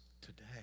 today